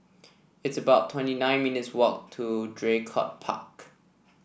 it's about twenty nine minutes' walk to Draycott Park